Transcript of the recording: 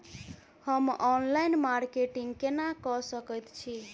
हम online marketing केना कऽ सकैत छी?